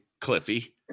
Cliffy